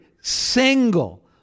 single